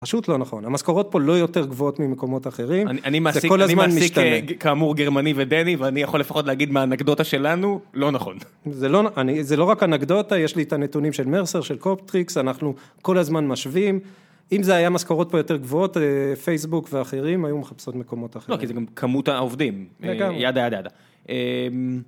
פשוט לא נכון, המשכורות פה לא יותר גבוהות ממקומות אחרים, זה כל הזמן משתנה. אני מעסיק כאמור גרמני ודני, ואני יכול לפחות להגיד מהאנקדוטה שלנו, לא נכון. זה לא רק אנקדוטה, יש לי את הנתונים של מרסר, של קופטריקס, אנחנו כל הזמן משווים, אם זה היה משכורות פה יותר גבוהות, פייסבוק ואחרים, היו מחפשות מקומות אחרים. לא, כי זה גם כמות העובדים, ידה ידה ידה.